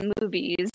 movies